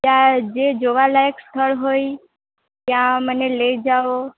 ત્યાં જે જોવાલાયક સ્થળ હોય ત્યાં મને લઈ જાઓ